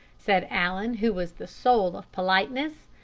said allen, who was the soul of politeness.